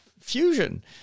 fusion